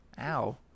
Ow